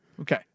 Okay